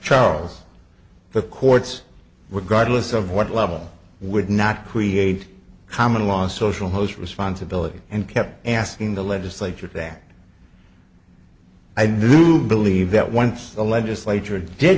charles the courts regardless of what level would not create common law social host responsibility and kept asking the legislature that i do believe that once the legislature did